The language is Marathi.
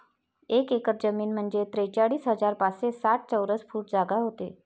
एक एकर जमीन म्हंजे त्रेचाळीस हजार पाचशे साठ चौरस फूट जागा व्हते